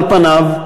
על פניו,